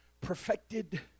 perfected